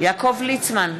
יעקב ליצמן,